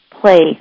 play